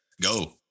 Go